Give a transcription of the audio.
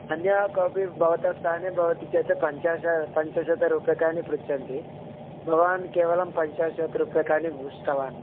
अन्यः कोपि भवतः स्थाने भवति चेत् पञ्चाशत् पञ्चशतरूप्यकानि पृच्छन्ति भवान् केवलं पञ्चाशत्रूप्यकानि पृष्टवान्